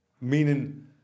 Meaning